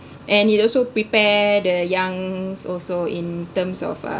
and it also prepare the young also in terms of uh